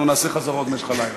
אנחנו נעשה חזרות במשך הלילה.